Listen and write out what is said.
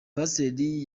pasiteri